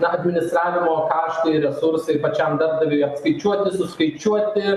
na administravimo kaštai resursai pačiam darbdaviui apskaičiuoti suskaičiuoti